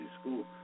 School